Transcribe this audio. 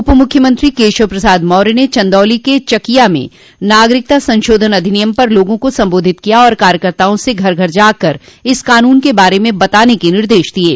उप मुख्यमंत्री केशव प्रसाद मौर्य ने चन्दौली के चकिया में नागरिकता संशोधन अधिनियम पर लोगों को सम्बोधित किया और कार्यकर्ताओं से घर घर जाकर इस कानून के बारे में बताने के निर्देश दिये